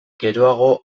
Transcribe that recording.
geroago